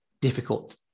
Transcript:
difficult